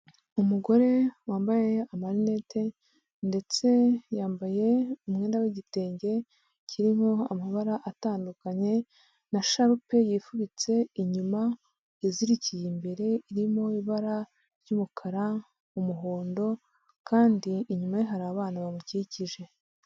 Umugore wambaye amarinete, ndetse yambaye umwenda w'igitenge, kirimo amabara atandukanye, na sharupe yifubitse inyuma yazirikiye imbere irimo ibara ry'umukara, umuhondo, kandi inyuma hari abana bamukikije.